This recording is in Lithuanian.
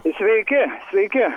sveiki sveiki